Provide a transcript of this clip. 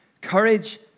Courage